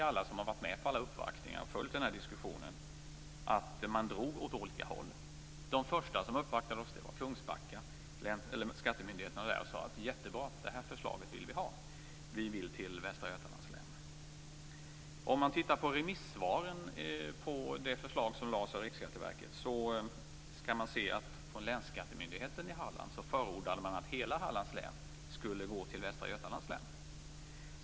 Alla som har varit med vid de uppvaktningar som skett och följt diskussionen vet att man inom Hallands län drog åt olika håll. De första som uppvaktade oss var skattemyndigheten i Kungsbacka. Man sade att förslaget var jättebra, att man ville att det skulle genomföras och att man i Kungsbacka ville tillhöra Om man tittar på remissvaren på det förslag som lades fram av Riksskatteverket kan man konstatera att Länsskattemyndigheten i Hallands län förordade att hela Hallands län skulle gå till Västra Götalands län.